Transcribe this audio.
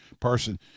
person